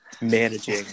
managing